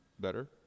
better